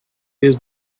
his